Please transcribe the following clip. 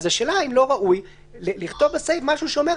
אז השאלה אם לא ראוי לכתוב משהו שאומר,